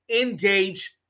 Engage